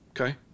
Okay